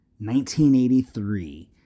1983